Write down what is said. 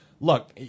look